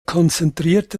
konzentrierte